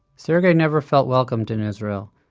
sergey never felt welcomed in israel,